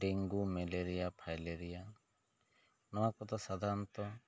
dengue malaria filaria ᱱᱚᱣᱟ ᱠᱚ ᱫᱚ ᱥᱟᱫᱷᱟᱨᱚᱱᱛᱚ